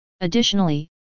Additionally